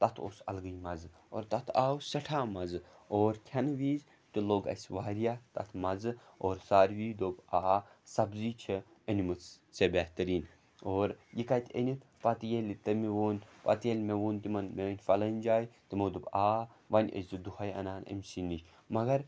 تَتھ اوس اَلگٕے مَزٕ اور تَتھ آو سٮ۪ٹھاہ مَزٕ اور کھٮ۪نہٕ وِزِ تہٕ لوٚگ اَسہِ واریاہ تَتھ مَزٕ اور ساروی دوٚپ آ سبزی چھِ أنۍ مٕژ ژےٚ بہتریٖن اور یہِ کَتہِ أنِتھ پَتہٕ ییٚلہِ تٔمہِ ووٚن پَتہٕ ییٚلہِ مےٚ ووٚن تِمَن مےٚ أنۍ فَلٲنۍ جایہِ تِمو دوٚپ آ وَنۍ ٲسۍ زِ دُہَے اَنان أمۍ سٕے نِش مگر